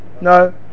no